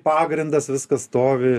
pagrindas viskas stovi